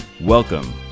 Welcome